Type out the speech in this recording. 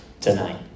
tonight